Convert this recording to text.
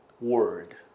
word